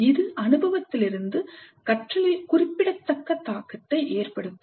இது அனுபவத்திலிருந்து கற்றலில் குறிப்பிடத்தக்க தாக்கத்தை ஏற்படுத்தும்